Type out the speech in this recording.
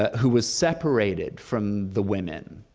who was separated from the women,